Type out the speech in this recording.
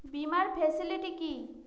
বীমার ফেসিলিটি কি?